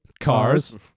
Cars